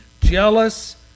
jealous